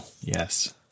yes